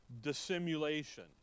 dissimulation